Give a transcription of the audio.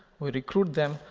we recruit them.